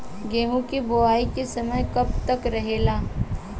गेहूँ के बुवाई के समय कब तक रहेला?